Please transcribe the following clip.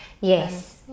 Yes